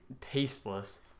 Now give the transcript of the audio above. tasteless